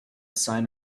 sign